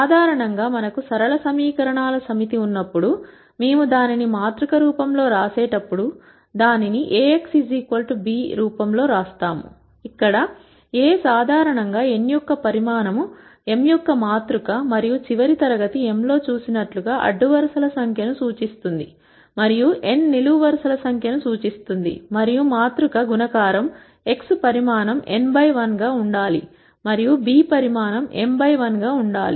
సాధారణంగా మనకు సరళ సమీకరణాల సమితి ఉన్నప్పుడు మేము దానిని మాతృక రూపంలో వ్రాసేటప్పుడు దీనిని Ax b రూపంలో వ్రాస్తాము ఇక్కడ A సాధారణంగా n యొక్క పరిమాణం m యొక్క మాతృక మరియు చివరి తరగతి m లో చూసినట్లుగా అడ్డు వరుసల సంఖ్యను సూచిస్తుంది మరియు n నిలువు వరుసల సంఖ్యను సూచిస్తుంది మరియు మాతృక గుణకారం x పరిమాణం n బై 1 గా ఉండాలి మరియు b పరిమాణం m బై 1 గా ఉండాలి